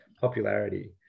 popularity